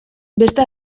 beste